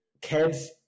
kids